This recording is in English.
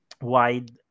wide